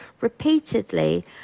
repeatedly